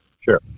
Sure